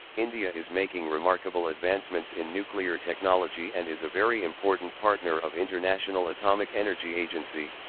india is making remarkable advancements in nuclear technology and is a very important partner of international atomic energy agency,